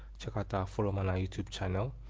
check out our forum and youtube channel.